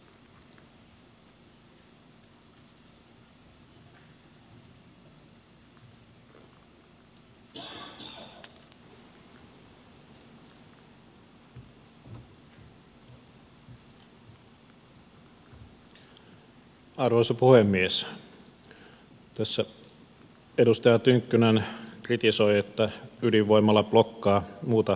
tässä edustaja tynkkynen kritisoi että ydinvoimala blokkaa muuta sähköntuotantoa